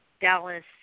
Dallas